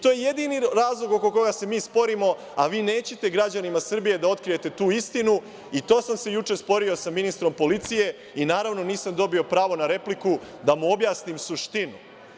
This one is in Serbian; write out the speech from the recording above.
To je jedini razlog oko koga se mi sporimo, a vi nećete građanima Srbije da otkrijete tu istinu, i to sam se juče sporio sa ministrom policije i naravno nisam dobio pravo na repliku, da mu objasnim suštinu.